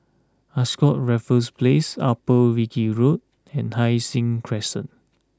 Ascott Raffles Place Upper Wilkie Road and Hai Sing Crescent